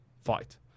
fight